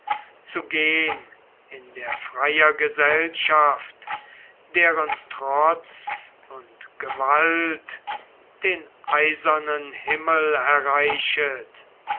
zu gehn in der freier gesellschaft deren trotz und gewalt den eisernen himmel erreichet